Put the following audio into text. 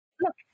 look